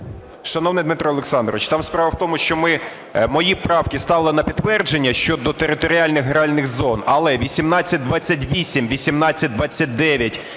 Шановний Дмитро Олександрович, там справа в тому, що мої правки ставили на підтвердження щодо територіальних гральних зон. Але 1828, 1829